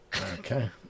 Okay